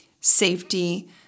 safety